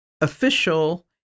official